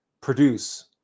produce